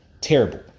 terrible